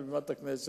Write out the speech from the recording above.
על בימת הכנסת,